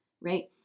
right